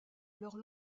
alors